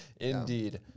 Indeed